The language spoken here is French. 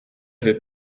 veut